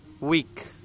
week